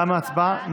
תמה ההצבעה.